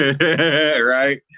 Right